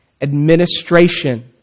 administration